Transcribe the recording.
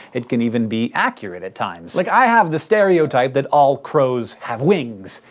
it can even be accurate at times. like, i have the stereotype that all crows have wings,